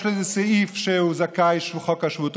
לו איזה סעיף שהוא זכאי של חוק השבות,